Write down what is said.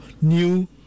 new